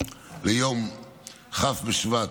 ליום כ' בשבט,